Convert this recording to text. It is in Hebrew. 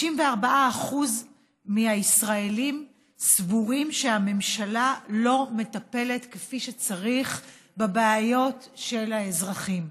64% מהישראלים סבורים שהממשלה לא מטפלת כפי שצריך בבעיות של האזרחים.